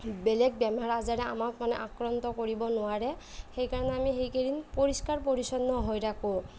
বেলেগ বেমাৰ আজাৰে আমাক মানে আক্ৰান্ত কৰিব নোৱাৰে সেইকাৰণে আমি সেই কেইদিন পৰিষ্কাৰ পৰিচ্ছন্ন হৈ থাকোঁ